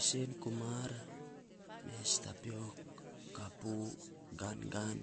Isen kumar mes tapiok kapu gangan